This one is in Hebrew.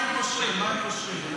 מים פושרים, מים פושרים.